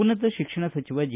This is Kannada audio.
ಉನ್ನತ ಶಿಕ್ಷಣ ಸಚಿವ ಜಿ